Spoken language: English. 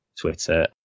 Twitter